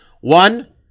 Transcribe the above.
One